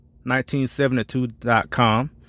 1972.com